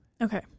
Okay